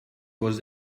was